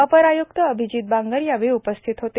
अपर आय्क्त अभिजित बांगर यावेळी उपस्थित होते